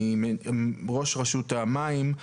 מראש רשות המים,